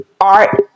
art